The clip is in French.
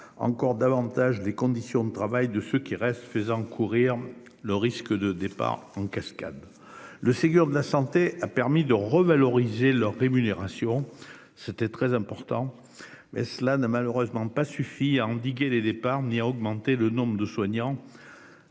encore davantage les conditions de travail de ceux qui restent, faisant courir le risque de départs en cascade. Le Ségur de la santé a permis de revaloriser leurs rémunérations- il était important de le faire -, mais cela n'a malheureusement pas suffi à endiguer les départs ni à augmenter le nombre de soignants